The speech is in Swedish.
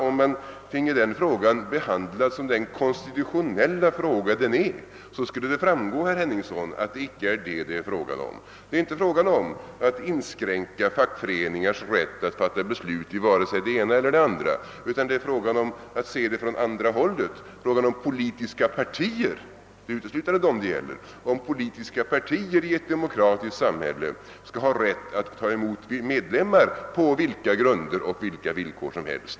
Om detta finge behandlas som den konstitutionella fråga det är, skulle det framgå att det icke gäller att inskränka fackföreningars rätt att fatta beslut. Man måste se det från andra hållet. Skall politiska partier — det är Åtgärder för att fördjupa och stärka det svenska folkstyret uteslutande dem det gäller — i ett demokratiskt samhälle ha rätt att ta emot medlemmar på vilka grunder och villkor som helst?